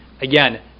Again